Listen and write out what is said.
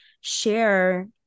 share